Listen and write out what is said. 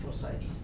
sites